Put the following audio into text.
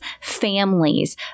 families